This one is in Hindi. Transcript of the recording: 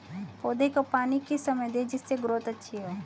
पौधे को पानी किस समय दें जिससे ग्रोथ अच्छी हो?